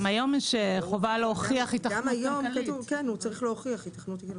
גם היום יש חובה להוכיח היתכנות כלכלית.